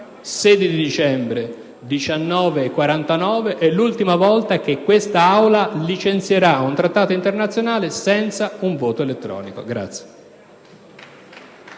alle ore 19,49, è l'ultima volta che quest'Aula licenzierà un Trattato internazionale senza un voto elettronico.